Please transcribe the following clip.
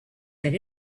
that